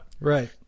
right